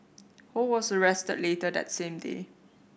Ho was arrested later that same day